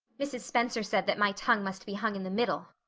mrs. spencer said that my tongue must be hung in the middle.